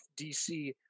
dc